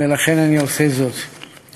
ולכן אני עושה זאת.